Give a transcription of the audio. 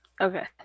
Okay